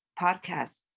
podcasts